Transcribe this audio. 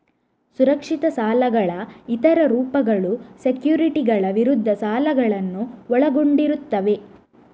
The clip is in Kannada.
ಸುರಕ್ಷಿತ ಸಾಲಗಳ ಇತರ ರೂಪಗಳು ಸೆಕ್ಯುರಿಟಿಗಳ ವಿರುದ್ಧ ಸಾಲಗಳನ್ನು ಒಳಗೊಂಡಿರುತ್ತವೆ